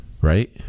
right